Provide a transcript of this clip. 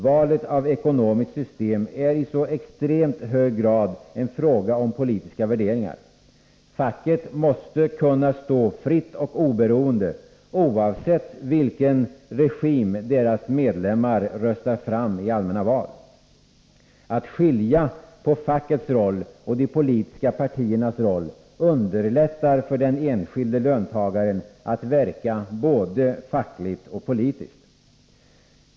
Valet av ekonomiskt system är i så extremt hög grad en fråga om politiska värderingar. Facket måste stå fritt och oberoende, oavsett vilken regim deras medlemmar röstar fram i allmänna val. Att skilja på fackets roll och de politiska partiernas roll underlättar för den enskilda löntagaren att verka både fackligt och politiskt.